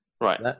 Right